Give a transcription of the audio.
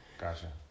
Gotcha